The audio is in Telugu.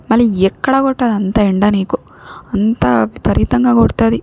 మళ్ళీ ఎక్కడ కొట్టదంత ఎండ నీకు అంత విపరీతంగా కొడతది